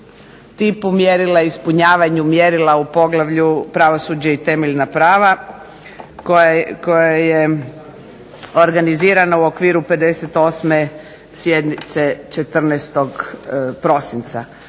tipu mjerila, ispunjavanju mjerila u poglavlju Pravosuđe i temeljna prava koja je organizirana u okviru 58. sjednice 14. prosinca.